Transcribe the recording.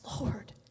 Lord